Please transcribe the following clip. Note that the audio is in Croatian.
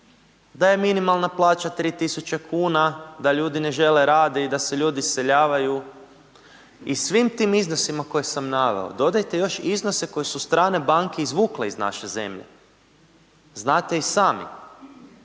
da je minimalna plaća 3.000 kuna, da ljudi ne žele radit i da se ljudi iseljavaju. I svim tim iznosima koje sam naveo dodajte još iznose koje su strane banke izvukle iz naše zemlje, znate i sami